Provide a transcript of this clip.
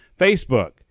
Facebook